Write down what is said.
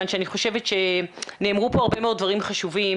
שאני חושבת שנאמרו פה הרבה דברים חשובים.